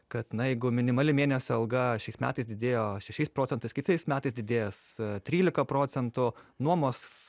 kad na jeigu minimali mėnesio alga šiais metais didėjo šešiais procentais kitais metais didės trylika procentų nuomos